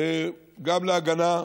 גם להגנה,